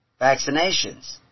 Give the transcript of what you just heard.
vaccinations